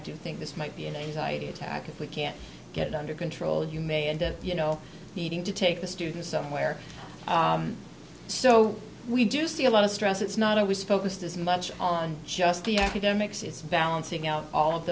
do think this might be an anxiety attack if we can't get it under control you may end up you know needing to take the student somewhere so we do see a lot of stress it's not always focused as much on just the academics it's balancing out all of